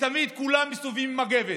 ותמיד כולם מסתובבים עם מגבת,